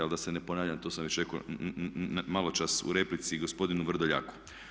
Ali da se ne ponavljam to sam već rekao malo čast u replici i gospodinu Vrdoljaku.